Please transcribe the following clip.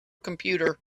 computer